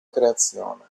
creazione